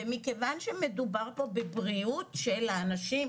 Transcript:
ומכיוון שמדובר פה בבריאות של האנשים,